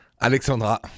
Alexandra